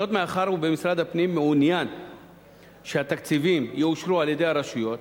מאחר שמשרד הפנים מעוניין שהתקציבים יאושרו על-ידי הרשויות,